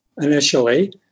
initially